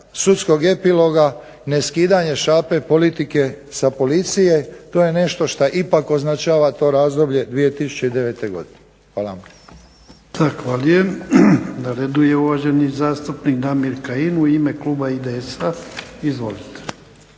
sudskog epiloga, neskidanje šape politike sa Policije. To je nešto što ipak označava to razdoblje 2009. godine. Hvala vam. **Jarnjak, Ivan (HDZ)** Zahvaljujem. Na redu je uvaženi zastupnik Damir Kajin u ime kluba IDS-a. Izvolite.